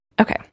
Okay